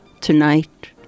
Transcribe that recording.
Tonight